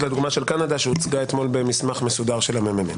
לדוגמה של קנדה שהוצגה אתמול במסמך מסודר של מרכז המחקר והמידע.